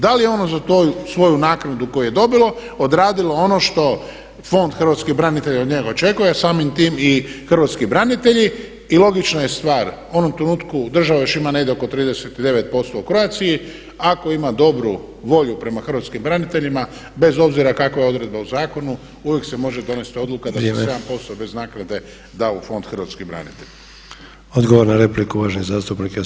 Da li je ono za to svoju naknadu koju je dobilo odradilo ono što Fond hrvatskih branitelja od njega očekuje a samim tim i hrvatski branitelji i logična je stvar, u onom trenutku država još ima negdje oko 39% u Croatiji ako ima dobru volju prema hrvatskim braniteljima, bez obzira kakva je odredba u zakonu, uvijek se može donijeti odluka da se sam posao bez naknade da u Fond hrvatskih branitelja.